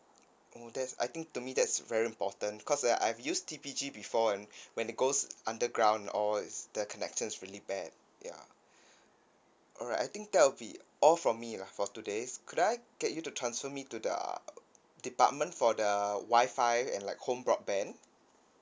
mm that's I think to me that's very important because I I've used T_P_G before and when it goes underground all its the connection is really bad ya alright I think that will be all from me lah for today could I get you to transfer me to the department for the wifi and like home broadband